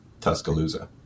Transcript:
Tuscaloosa